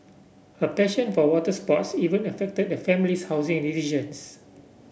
her passion for water sports even affected the family's housing decisions